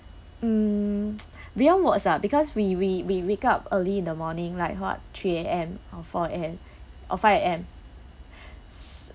um beyond words ah because we we we wake up early in the morning like what three A_M or four A_M or five A_M